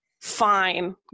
fine